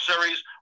Series